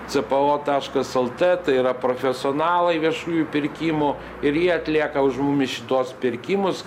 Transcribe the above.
cpo taškas lt tai yra profesionalai viešųjų pirkimų ir jie atlieka už mumis šituos pirkimus